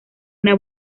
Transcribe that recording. una